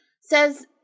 says